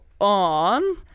on